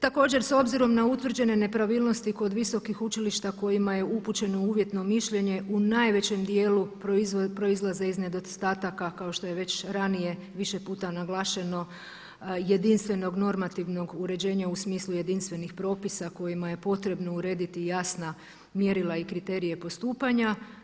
Također s obzirom na utvrđene nepravilnosti kod visokih učilišta kojima je upućeno uvjetno mišljenje u najvećem dijelu proizlaze iz nedostataka kao što je već ranije više puta naglašeno jedinstvenog normativnog uređenja u smislu jedinstvenih propisa kojima je potrebno urediti jasna mjerila i kriterije postupanja.